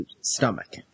stomach